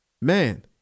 man